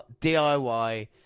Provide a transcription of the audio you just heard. diy